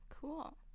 cool